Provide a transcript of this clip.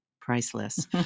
priceless